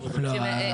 לא,